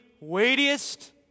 weightiest